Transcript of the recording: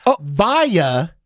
via